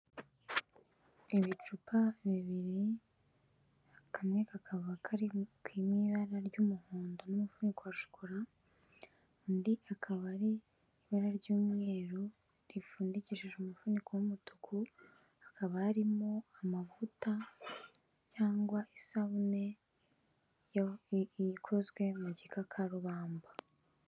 Ibicupa bibiri kamwe kakaba kari mu ibara ry'umuhondo n'umufuniko wa shokora, undi akaba ari ibara ry'umweru ripfundikishije umufuniko w'umutuku. Hakaba harimo amavuta cyangwa isabune yakozwe mu gikakarubamba.